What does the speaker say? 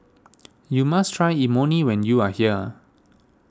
you must try Imoni when you are here